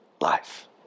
life